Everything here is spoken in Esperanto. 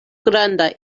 granda